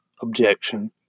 objection